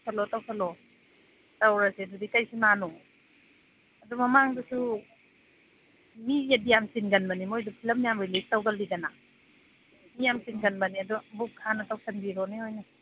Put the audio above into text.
ꯇꯧꯁꯜꯂꯣ ꯇꯧꯁꯜꯂꯣ ꯇꯧꯔꯁꯦ ꯒꯑꯗꯨꯗꯤ ꯀꯩ ꯁꯤꯅꯦꯃꯥꯅꯣ ꯑꯗꯨ ꯃꯃꯥꯡꯗꯁꯨ ꯃꯤꯗꯤ ꯌꯥꯝ ꯆꯤꯟꯒꯟꯕꯅꯤ ꯃꯣꯏꯗꯨ ꯐꯤꯂꯝ ꯌꯥꯝ ꯔꯤꯂꯤꯁ ꯇꯧꯒꯜꯂꯤꯗꯅ ꯃꯤ ꯌꯥꯝ ꯆꯤꯟꯒꯟꯕꯅꯦ ꯑꯗꯣ ꯕꯨꯛ ꯍꯥꯟꯅ ꯇꯧꯁꯟꯕꯤꯔꯣꯅꯦ ꯑꯣꯏꯅ